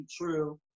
true